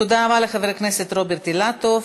תודה רבה לחבר הכנסת רוברט אילטוב.